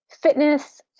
fitness